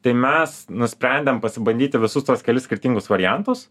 tai mes nusprendėm pasibandyti visus tuos kelis skirtingus variantus